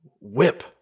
whip